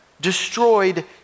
destroyed